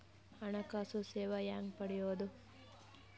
ಹಣಕಾಸು ಸೇವಾ ಹೆಂಗ ಪಡಿಯೊದ?